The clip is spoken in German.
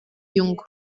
jung